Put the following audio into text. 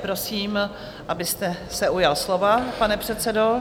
Prosím, abyste se ujal slova, pane předsedo.